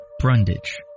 Brundage